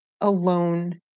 alone